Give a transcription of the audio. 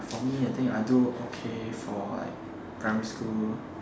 for me I think I do okay for primary school